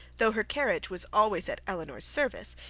though her carriage was always at elinor's service,